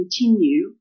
continue